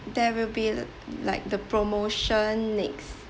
there will be like the promotion next